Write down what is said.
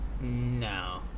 No